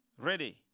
ready